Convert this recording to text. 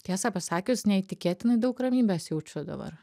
tiesą pasakius neįtikėtinai daug ramybės jaučiu dabar